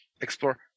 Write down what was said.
explore